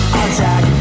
attack